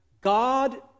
God